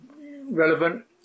relevant